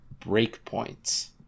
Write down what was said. breakpoints